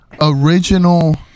original